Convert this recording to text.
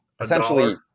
essentially